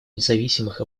независимых